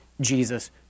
Jesus